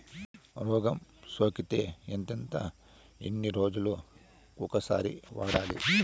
రోగం సోకితే ఎంతెంత ఎన్ని రోజులు కొక సారి వాడాలి?